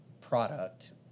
product